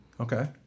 Okay